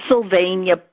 Pennsylvania